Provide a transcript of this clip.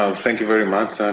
um thank you very much,